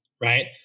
right